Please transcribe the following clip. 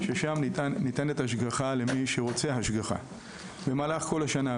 ששם ניתנת השגחה למי שרוצה השגחה במהלך כל השנה,